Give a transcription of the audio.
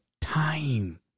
time